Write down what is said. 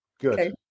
Good